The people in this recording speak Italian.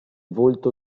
volto